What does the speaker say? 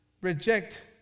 reject